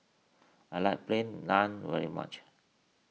I like Plain Naan very much